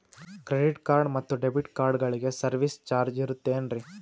Credit card ಮತ್ತು debit ಕಾರ್ಡಗಳಿಗೆ service charge ಇರುತೇನ್ರಿ?